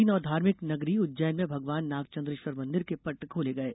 प्राचीन और धार्मिक नगरी उज्जैन में भगवान नागचन्द्रेश्वर मंदिर के पट खोले गये